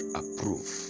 approve